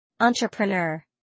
Entrepreneur